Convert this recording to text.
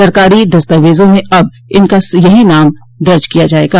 सरकारी दस्तावेजों में अब इनका यही नाम दर्ज किया जायेगा